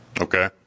Okay